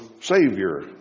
savior